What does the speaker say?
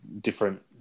different